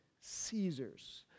Caesar's